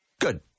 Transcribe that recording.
Good